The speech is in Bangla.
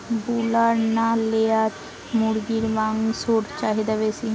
ব্রলার না লেয়ার মুরগির মাংসর চাহিদা বেশি?